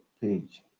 page